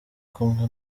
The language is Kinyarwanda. kumwe